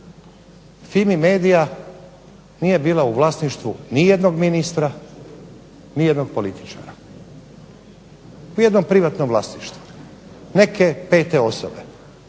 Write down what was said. FIMI-medija nije bila u vlasništvu nijednog ministra, nijednog političara, u jednom privatnom vlasništvu neke pete osobe,